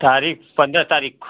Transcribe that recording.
तारीख़ पंद्रह तारीख को